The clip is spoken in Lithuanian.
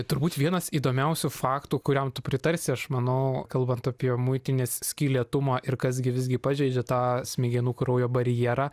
turbūt vienas įdomiausių faktų kuriam tu pritarsi aš manau kalbant apie muitinės skylėtumą ir kas gi visgi pažeidžia tą smegenų kraujo barjerą